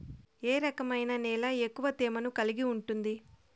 ఏ రకమైన నేల ఎక్కువ తేమను కలిగి ఉంటుంది?